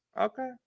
Okay